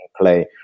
play